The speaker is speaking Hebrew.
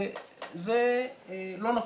וזה לא נכון,